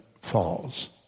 falls